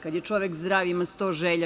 Kada je čove zdrav ima 100 želja.